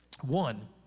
One